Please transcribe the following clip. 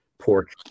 pork